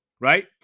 right